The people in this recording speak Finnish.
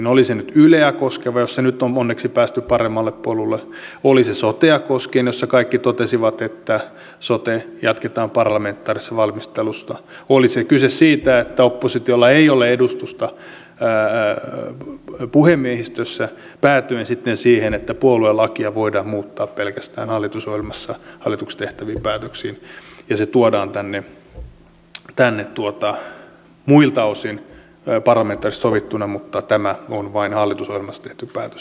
oli se nyt yleä koskeva jossa nyt on onneksi päästy paremmalle polulle oli se sotea koskien jossa kaikki totesivat että sotea jatketaan parlamentaarisessa valmistelussa oli se kyse siitä että oppositiolla ei ole edustusta puhemiehistössä päätyen sitten siihen että puoluelakia voidaan muuttaa pelkästään hallitusohjelmassa hallituksessa tehtävin päätöksin ja se tuodaan tänne muilta osin parlamentaarisesti sovittuna mutta tämä on vain hallitusohjelmassa tehty päätös